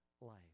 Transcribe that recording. life